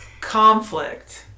Conflict